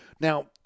Now